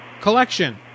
collection